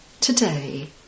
Today